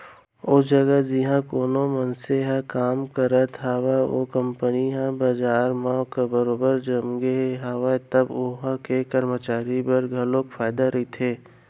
ओ जघा जिहाँ कोनो मनसे ह काम करत हावय ओ कंपनी ह बजार म बरोबर जमगे हावय त उहां के करमचारी बर घलोक फायदा रहिथे